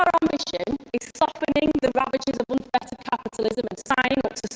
our ambition is softening the the ravages of unfettered capitalism and signing but but